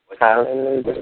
Hallelujah